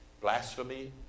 blasphemy